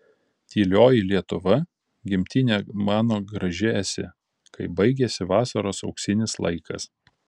tylioji lietuva gimtine mano graži esi kai baigiasi vasaros auksinis laikas